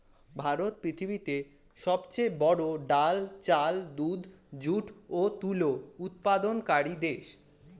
ভারত পৃথিবীতে সবচেয়ে বড়ো ডাল, চাল, দুধ, যুট ও তুলো উৎপাদনকারী দেশ